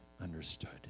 understood